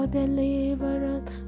deliverance